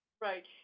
Right